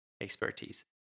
expertise